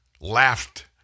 laughed